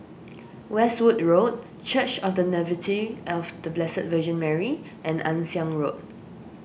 Westwood Road Church of the Nativity of the Blessed Virgin Mary and Ann Siang Road